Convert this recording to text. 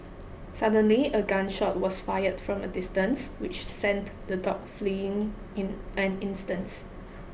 suddenly a gun shot was fired from a distance which sent the dogs fleeing in an instants